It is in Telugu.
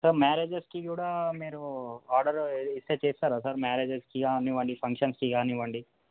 సార్ మ్యారేజ్స్కి కూడా మీరు ఆర్డర్ ఇది ఇస్తే చేస్తారా సార్ మ్యారేజ్స్కి కానివ్వండి ఫంక్షన్స్కి కానివ్వండి